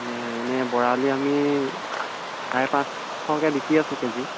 মানে এনে বৰালি আমি চাৰে পাঁচশকৈ বিকি আছোঁ কেজি